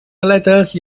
galetes